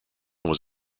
was